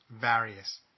various